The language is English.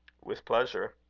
with pleasure.